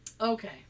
okay